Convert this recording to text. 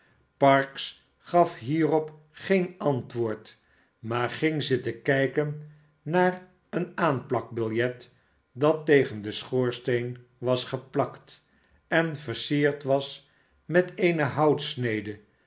parkes gaf hierop geen antwoord maar ging zitten kijken naar een aanplakbiljet dat tegen den schoorsteen was geplakt en versierd was met eene houtsnede